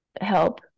help